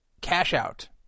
cash-out